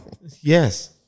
Yes